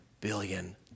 billion